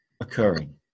occurring